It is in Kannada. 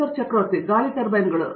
ಆರ್ ಚಕ್ರವರ್ತಿ ಗಾಳಿ ಟರ್ಬೈನ್ಗಳು ಕ್ಷಮಿಸಿ